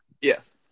Yes